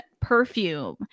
perfume